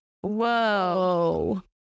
Whoa